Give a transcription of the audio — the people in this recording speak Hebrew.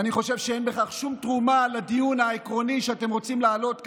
אני חושב שאין בכך שום תרומה לדיון העקרוני שאתם רוצים להעלות כאן,